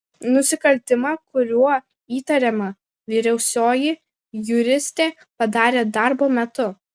nusikaltimą kuriuo įtariama vyriausioji juristė padarė darbo metu